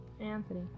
Anthony